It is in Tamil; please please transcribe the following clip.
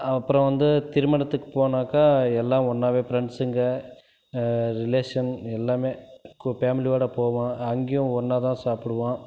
அப்புறம் வந்து திருமணத்துக்கு போனாக்கால் எல்லாம் ஒன்றாவே ஃப்ரெண்ட்ஸ்ஸுங்க ரிலேஷன் எல்லாமே ஃபேம்லியோடு போவோம் அங்கேயும் ஒன்றா தான் சாப்பிடுவோம்